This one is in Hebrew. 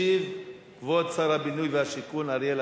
ישיב כבוד שר הבינוי והשיכון אריאל